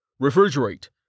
Refrigerate